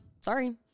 sorry